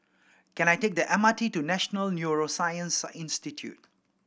can I take the M R T to National Neuroscience Institute